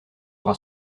aura